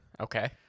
Okay